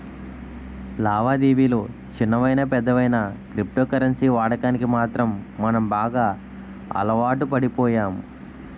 లావాదేవిలు చిన్నవయినా పెద్దవయినా క్రిప్టో కరెన్సీ వాడకానికి మాత్రం మనం బాగా అలవాటుపడిపోయాము